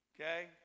Okay